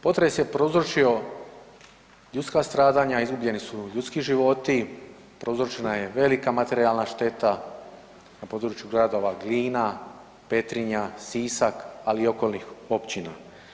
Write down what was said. Potres je prouzročio ljudska stradanja, izgubljeni su ljudski životi, prouzročena je velika materijalna šteta na području gradova Glina, Petrinja, Sisak, ali i okolnih općina.